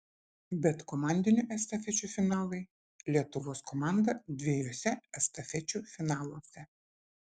bet komandinių estafečių finalai lietuvos komanda dviejuose estafečių finaluose